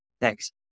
Thanks